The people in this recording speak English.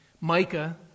Micah